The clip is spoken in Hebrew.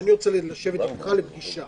אני רוצה לשבת איתך לפגישה.